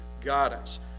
guidance